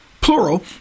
plural